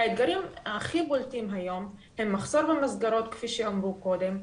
האתגרים הכי בולטים היום הם מחסור במסגרות כפי שאמרו קודם,